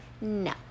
No